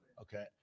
okay